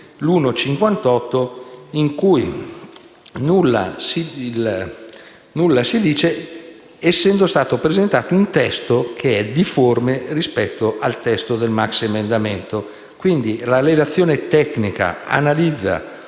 1.58, in cui nulla si dice essendo stato presentato un testo difforme rispetto al testo del maxiemendamento. Quindi la relazione tecnica analizza